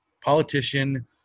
politician